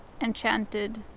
enchanted